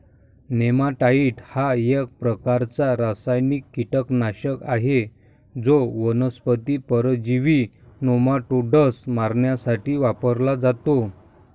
नेमॅटाइड हा एक प्रकारचा रासायनिक कीटकनाशक आहे जो वनस्पती परजीवी नेमाटोड्स मारण्यासाठी वापरला जातो